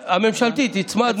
הממשלתית, הצמדנו אותה.